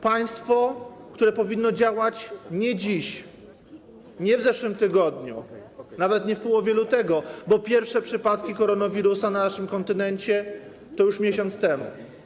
Państwo powinno działać nie dziś, nie w zeszłym tygodniu, nawet nie w połowie lutego, bo pierwsze przypadki koronawirusa na naszym kontynencie były już miesiąc temu.